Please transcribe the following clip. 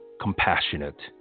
compassionate